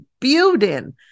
building